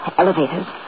elevators